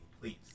please